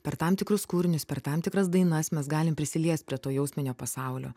per tam tikrus kūrinius per tam tikras dainas mes galim prisiliest prie to jausminio pasaulio